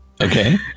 Okay